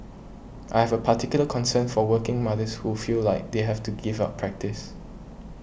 I have a particular concern for working mothers who feel like they have to give up practice